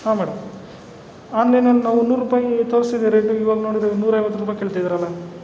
ಹಾಂ ಮೇಡಮ್ ಆನ್ಲೈನಲ್ಲಿ ನಾವು ನೂರು ರುಪಾಯಿ ತೋರಿಸಿದೆ ನೀವು ಇವಾಗ ನೋಡಿದ್ರೆ ನೂರೈವತ್ತು ರುಪಾಯಿ ಕೇಳ್ತಿದಾರಲ್ಲ